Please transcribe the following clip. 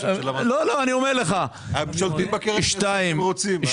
הם שולטים בקרן ועושים מה שהם רוצים.